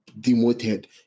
demoted